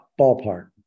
Ballpark